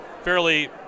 fairly